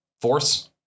force